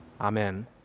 Amen